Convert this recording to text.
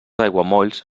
aiguamolls